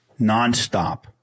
nonstop